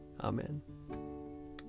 Amen